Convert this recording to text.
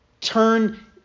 turn